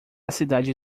cidade